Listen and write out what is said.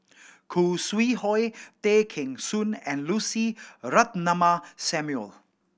Khoo Sui Hoe Tay Kheng Soon and Lucy Ratnammah Samuel